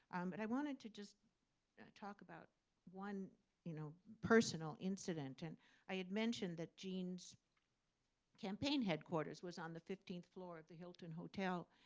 but i wanted to just talk about one you know personal incident. and i had mentioned that gene's campaign headquarters was on the fifteenth floor of the hilton hotel.